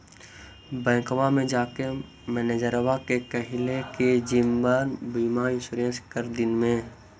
बैंकवा मे जाके मैनेजरवा के कहलिऐ कि जिवनबिमा इंश्योरेंस कर दिन ने?